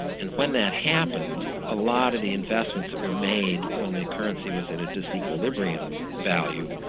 and when that happens, a lot of the investments that were made when the currency was at a disequilibrium value,